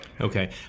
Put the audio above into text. Okay